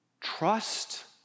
trust